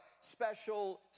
special